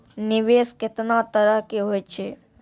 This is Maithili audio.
निवेश केतना तरह के होय छै?